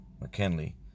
McKinley